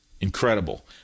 Incredible